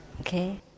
okay